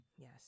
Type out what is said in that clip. Yes